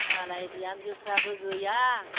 मालाय बिहामजोफ्राबो गैया